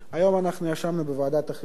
היום אנחנו ישבנו בוועדת החינוך,